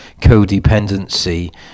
codependency